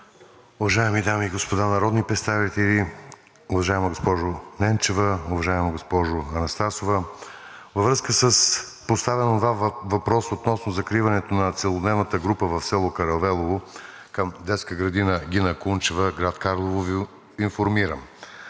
уважаеми дами и господа народни представители! Уважаема госпожо Ненчева, уважаема госпожо Анастасова, във връзка с поставен от Вас въпрос относно закриването на целодневната група в село Каравелово към детска градина „Гина Кунчева“, град Карлово, Ви информирам: